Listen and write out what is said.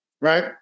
right